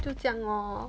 就这样 loh